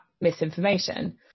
misinformation